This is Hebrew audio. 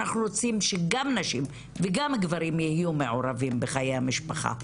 אנחנו רוצים שגם נשים וגם גברים יהיו מעורבים בחיי המשפחה,